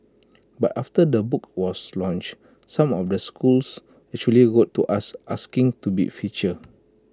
but after the book was launched some of the schools actually wrote to us asking to be featured